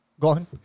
gone